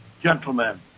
Gentlemen